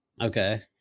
Okay